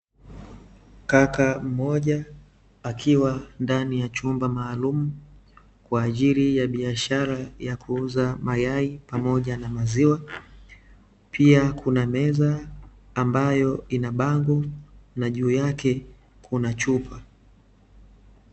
Kaka mmoja akiwa ndani ya chumba maalumu kwa ajili ya biashara ya kuuza mayai pamoja na maziwa; pia kuna meza ambayo ina bango na juu yake kuna chupa.